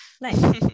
nice